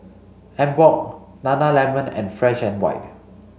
Emborg Nana Lemon and Fresh and White